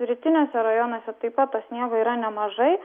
rytiniuose rajonuose taip pat to sniego yra nemažai